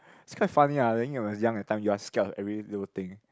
is kind of funny lah i think when I was young that time you are scare on every little thing